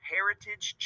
Heritage